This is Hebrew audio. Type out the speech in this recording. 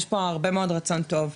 יש פה הרבה מאוד רצון טוב,